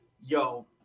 yo